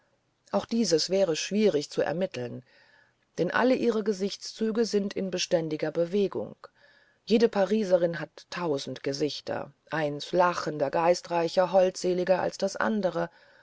auch dieses wäre schwierig zu ermitteln denn alle ihre gesichtszüge sind in beständiger bewegung jede pariserin hat tausend gesichter eins lachender geistreicher holdseliger als das andere